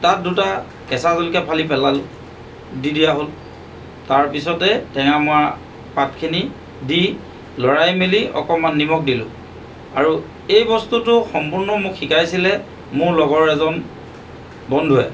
তাত দুটা কেঁচা জলকীয়া ফালি পেলালোঁ দি দিয়া হ'ল তাৰপিছতে টেঙা মৰা পাতখিনি দি লৰাই মেলি অকণমান নিমখ দিলোঁ আৰু এই বস্তুটো সম্পূৰ্ণ মোক শিকাইছিলে মোৰ লগৰ এজন বন্ধুৱে